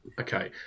Okay